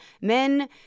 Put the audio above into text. men